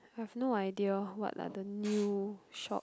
have no idea what are the new shop